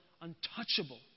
untouchable